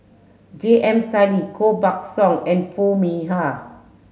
J M Sali Koh Buck Song and Foo Mee Har